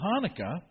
Hanukkah